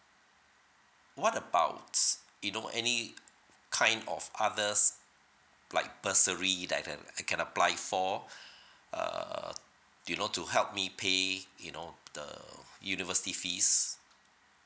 what about you know any kind of others like bursary that I can can apply it for uh you know to help me pay you know the university fees